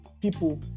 people